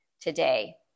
today